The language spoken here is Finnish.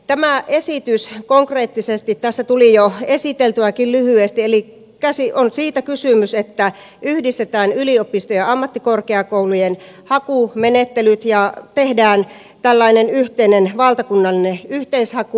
tämä esitys konkreettisesti tässä tuli jo esiteltyäkin lyhyesti eli on siitä kysymys että yhdistetään yliopistojen ja ammattikorkeakoulujen hakumenettelyt ja tehdään tällainen yhteinen valtakunnallinen yhteishaku